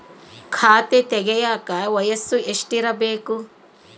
ಖಾತೆ ತೆಗೆಯಕ ವಯಸ್ಸು ಎಷ್ಟಿರಬೇಕು?